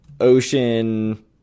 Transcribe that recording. ocean